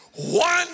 One